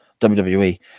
WWE